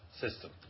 system